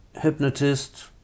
hypnotist